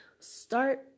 Start